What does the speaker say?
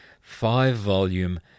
five-volume